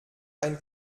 ein